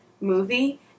movie